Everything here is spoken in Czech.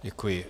Děkuji.